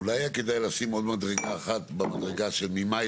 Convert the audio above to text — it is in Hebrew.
אולי כדאי לשים עוד מדרגה אחת במדרגה שממאי